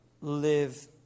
live